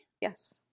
yes